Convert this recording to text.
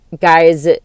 guys